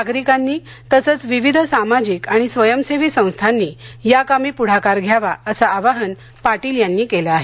नागरिकांनी तसंच विविध सामाजिक आणि स्वयंसेवी संस्थांनी या कामी पुढाकार घ्यावा असं आवाहन पाटील यांनी केलं आहे